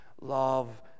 Love